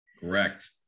Correct